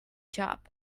job